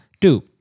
Two